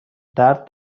درد